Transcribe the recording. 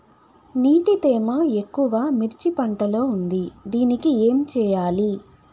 నీటి తేమ ఎక్కువ మిర్చి పంట లో ఉంది దీనికి ఏం చేయాలి?